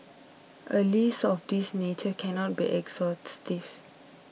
a list of this nature cannot be exhaustive